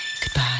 goodbye